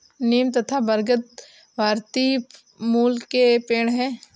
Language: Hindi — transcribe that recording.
नीम तथा बरगद भारतीय मूल के पेड है